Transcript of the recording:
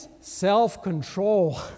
self-control